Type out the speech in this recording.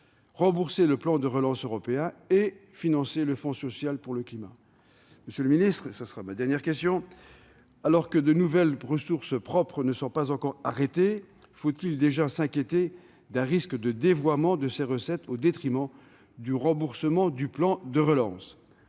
rembourser le plan de relance européen et financer le fonds social pour le climat. Monsieur le secrétaire d'État- et ce sera ma dernière question -, alors que les nouvelles ressources propres ne sont pas encore arrêtées, faut-il déjà s'inquiéter d'un risque de dévoiement de ces recettes au détriment du remboursement du plan de relance ?